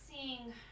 seeing